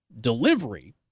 delivery